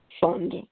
fund